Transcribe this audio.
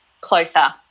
closer